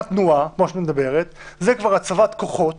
אבל אם זה הכוונת תנועה, זה כבר כרוך בהצבת כוחות